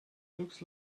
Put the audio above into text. looks